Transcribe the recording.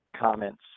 comments